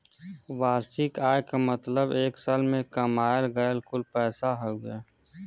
वार्षिक आय क मतलब एक साल में कमायल गयल कुल पैसा हउवे